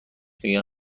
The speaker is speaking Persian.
میگن